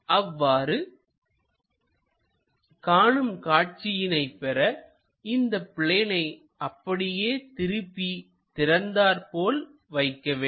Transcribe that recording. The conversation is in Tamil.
அவ்வாறு காணும் காட்சியினை பெற இந்த பிளேனை அப்படியே திருப்பி திறந்தாற் போல் வைக்க வேண்டும்